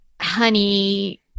honey